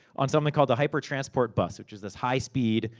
on something called a hypertransport bus. which is this high speed,